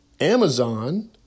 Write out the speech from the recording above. Amazon